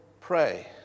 pray